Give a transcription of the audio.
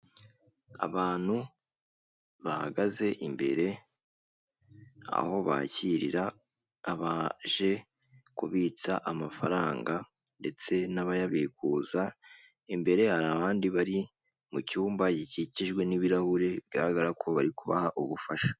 Abantu bahagaze imbere aho bakirira abaje kubitsa amafaranga, ndetse n'abayabikuza imbere hari abandi bari mu cyumba gikikijwe n'ibirahure bigaragara ko bari kubaha ubufasha.